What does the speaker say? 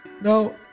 no